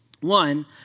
One